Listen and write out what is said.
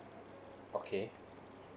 okay